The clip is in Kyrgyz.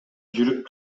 жүрүп